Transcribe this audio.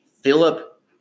Philip